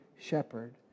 shepherd